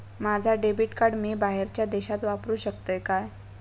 माझा debit card मी बाहेरच्या देशात वापरू शकतय काय?